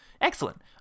Excellent